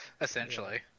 Essentially